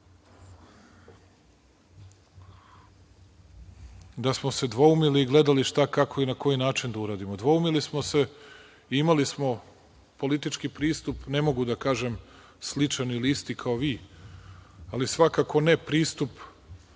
da smo se dvoumili i gledali šta, kako i na koji način da uradimo. Dvoumili smo se i imali smo politički pristup, ne mogu da kažem sličan ili isti kao vi, ali svakako ne pristup